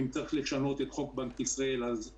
ואם צריך לשנות את חוק בנק ישראל, אז אנא.